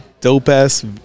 dope-ass